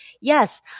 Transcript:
Yes